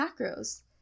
macros